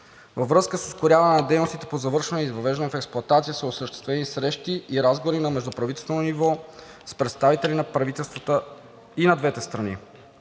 Във връзка с ускоряване на дейностите по завършване и въвеждане в експлоатация са осъществени срещи и разговори на междуправителствено ниво с представители на правителствата и на двете страни.